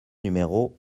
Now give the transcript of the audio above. numéro